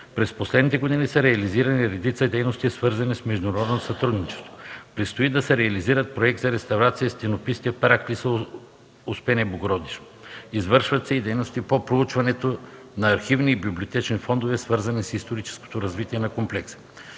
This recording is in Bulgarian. През последните години са реализирани редица дейности, свързани с международното сътрудничество. Предстои да се реализира Проект за реставрация на стенописите в параклиса „Успение Богородично”. Извършват се и дейности по проучването на архивни и библиотечни фондове, свързани с историческото развитие на комплекса.